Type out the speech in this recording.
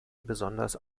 besonders